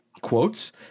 quotes